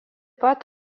pat